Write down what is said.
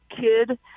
kid